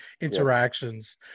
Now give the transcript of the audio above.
interactions